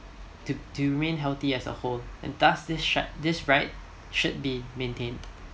to to remain healthy as a whole and thus this sha~ this right should be maintained